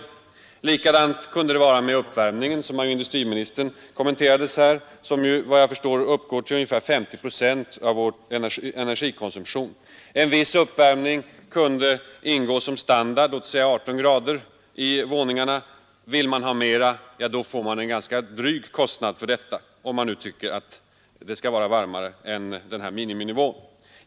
På samma sätt kunde man förfara med uppvärmningen, som industriministern talade om här och som svarar för ungefär 50 procent av vår eriergikonsumtion. En viss uppvärmning av våningarna, låt oss säga till 18”, kunde ingå som standard. Den som vill ha varmare får ta en ganska dryg kostnad för detta.